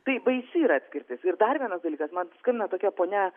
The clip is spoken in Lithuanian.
tai baisi yra atskirtis ir dar vienas dalykas man skambina tokia ponia